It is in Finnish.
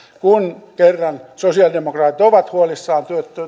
kun kerran sosialidemokraatit ovat huolissaan